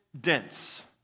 dense